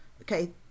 Okay